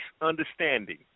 understanding